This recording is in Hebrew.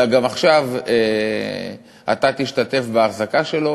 אלא עכשיו אתה גם תשתתף בהחזקה שלו.